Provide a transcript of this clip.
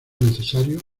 necesario